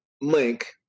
link